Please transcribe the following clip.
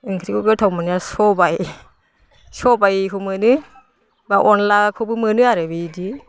ओंख्रिखो गोथाव मोनो सबाय सबायखौ मोनो बा अनद्लाखोबो मोनो आरो बिबायदि